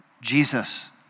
Jesus